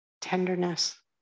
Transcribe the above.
tenderness